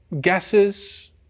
guesses